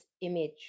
image